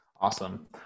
Awesome